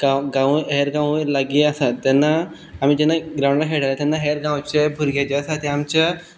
गांव हेर गांवूय लागीं आसा तेन्ना आमी जेन्ना ग्रांवडार खेळटाले तेन्ना हेर गांवचे भुरगे जे आसा ते आमच्या